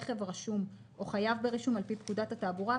רכב רשום או חייב ברישום על פי פקודת התעבורה,